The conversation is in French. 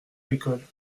l’école